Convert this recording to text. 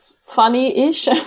funny-ish